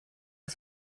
was